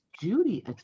Judy